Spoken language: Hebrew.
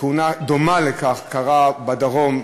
תאונה דומה לכך קרתה בדרום,